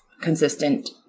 consistent